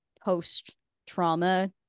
post-trauma